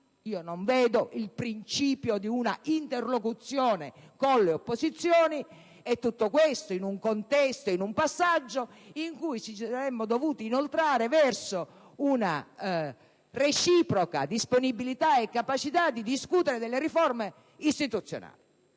Io non vedo qui il principio di una interlocuzione con le opposizioni e tutto questo avviene in un contesto e in un passaggio in cui ci saremmo dovuti inoltrare verso una reciproca disponibilità e capacità di discutere le riforme istituzionali.